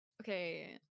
Okay